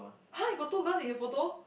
!huh! you got two girls in your photo